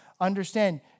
understand